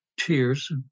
tears